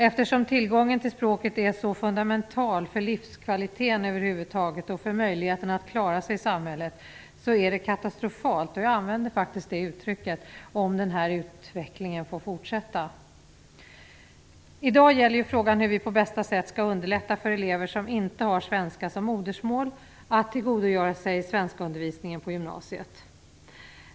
Eftersom tillgången till språket är så fundamental för livskvaliteten över huvud taget och för möjligheterna att klara sig i samhället är det katastrofalt - jag använder faktiskt det uttrycket - om den här utvecklingen får fortsätta. I dag gäller frågan hur vi på bästa sätt skall underlätta för elever som inte har svenska som modersmål att tillgodogöra sig svenskundervisningen på gymnasiet.